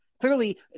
Clearly